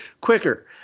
quicker